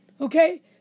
okay